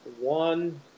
one